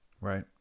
Right